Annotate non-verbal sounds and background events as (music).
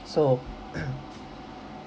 so (noise)